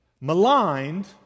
maligned